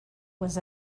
was